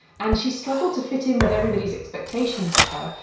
and she struggled to fit in with everybody's expectations of her,